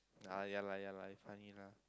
uh ya lah ya lah you funny lah